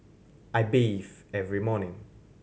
I bathe every morning